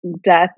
death